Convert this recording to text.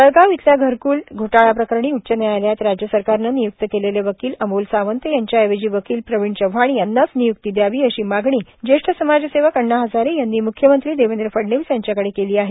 जळगाव इथल्या घरकूल घोटाळ्याप्रकरणी उच्च न्यायालयात राज्य सरकारनं निय्क्ती केलेले वकील अमोल सावंत यांच्याऐवजी वकील प्रवीण चव्हाण यांनाच नियुक्ती दयावी अशी मागणी ज्येष्ठ समाजसेवक अण्णा हजारे यांनी मुख्यमंत्री देवेंद्र फडणवीस यांच्याकडे केली आहे